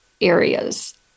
areas